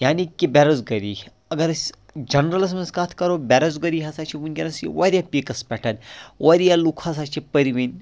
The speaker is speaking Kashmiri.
یعنی کہِ بے روزگٲری چھِ اگر أسۍ جنرَلَس مَنٛز کَتھ کَرو بے روزگٲری ہَسا چھِ وٕنکیٚنَس یہِ واریاہ پیٖکَس پٮ۪ٹھ واریاہ لُکھ ہَسا چھِ پٔروٕنۍ